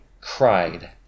cried